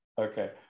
Okay